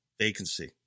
vacancy